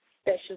special